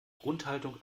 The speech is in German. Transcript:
grundhaltung